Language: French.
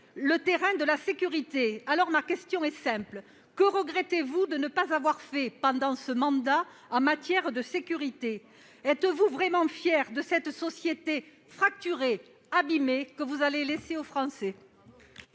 je souhaite poser au Gouvernement sont simples. Que regrettez-vous de ne pas avoir fait pendant ce mandat en matière de sécurité ? Êtes-vous vraiment fiers de cette société fracturée, abîmée, que vous allez laisser aux Français ?